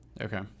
Okay